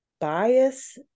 bias